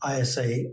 ISA